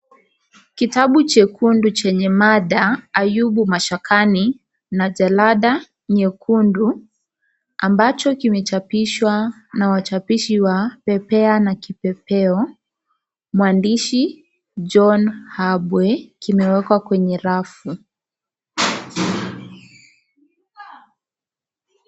Kitabu chekundu chenye mada; Ayubu Mashakani na jalada nyekundu ambacho kimechapishwa na wachapishi wa Pepea na Kipepeo, mwandishi; John Habwe kimekwa kwenye rafu.